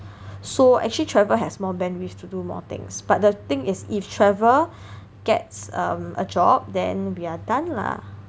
so actually Trevor has more bandwidth to do more things but the thing is if Trevor gets a job then we are done lah